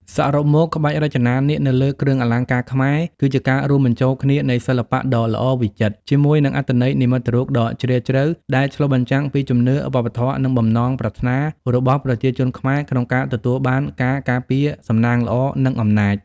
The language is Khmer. សរុបមក ក្បាច់រចនានាគនៅលើគ្រឿងអលង្ការខ្មែរ គឺជាការរួមបញ្ចូលគ្នានៃ សិល្បៈដ៏ល្អវិចិត្រ ជាមួយនឹង អត្ថន័យនិមិត្តរូបដ៏ជ្រាលជ្រៅ ដែលឆ្លុះបញ្ចាំងពីជំនឿ វប្បធម៌ និងបំណងប្រាថ្នារបស់ប្រជាជនខ្មែរក្នុងការទទួលបានការការពារ សំណាងល្អ និងអំណាច។